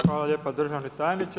Hvala lijepo državni tajniče.